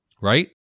Right